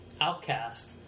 outcast